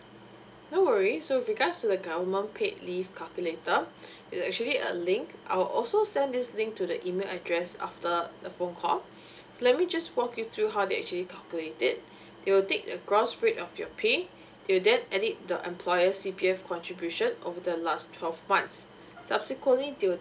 no worries so with regards to the government paid leave calculator there is actually a link I will also send this link to the email address after the phone call so let me just walk you through how they actually calculate it they will take the gross rate of your pay they will then edit the employer C_P_F contribution over the last twelve months subsequently they will